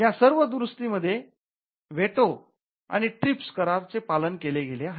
या सर्व दुरुस्ती मध्ये डब्ल्यूटीओ च्या करार चे पालन केले गेले आहे